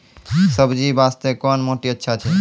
सब्जी बास्ते कोन माटी अचछा छै?